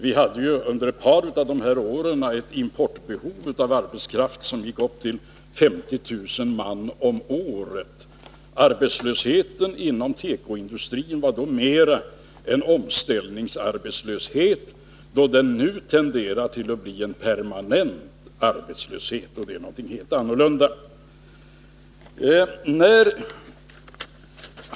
Vi hade ju under ett par av de här åren ett importbehov av arbetskraft som gick upp till 50 000 man om året. Arbetslösheten inom tekoindustrin var då mera en omställningsarbetslöshet, medan den nu tenderar att bli en permanent arbetslöshet — och det är någonting helt annat.